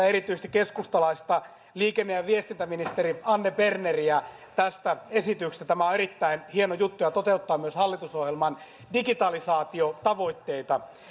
erityisesti keskustalaista liikenne ja ja viestintäministeri anne berneriä tästä erittäin hyvästä esityksestä tämä on erittäin hieno juttu ja toteuttaa myös hallitusohjelman digitalisaatiotavoitteita